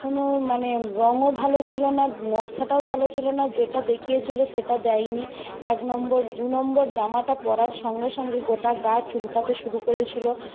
কোনো মানে রংও ভালো ছিলো না নকশাটাও ভালো ছিলো না যেটা দেখিয়েছিলো সেটা দেয় নি এক নম্বর দু নম্বর জামাটা পরার সঙ্গে সঙ্গে গোটা গা চুলকাতে শুরু করেছিলো